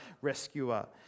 rescuer